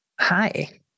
hi